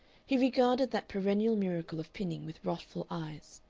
he regarded that perennial miracle of pinning with wrathful eyes.